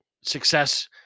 success